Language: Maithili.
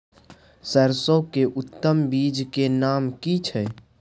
सरसो के उत्तम बीज के नाम की छै?